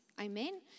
Amen